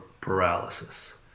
paralysis